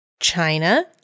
China